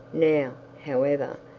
now, however,